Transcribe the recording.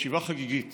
ישיבה חגיגית